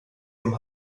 dem